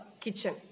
kitchen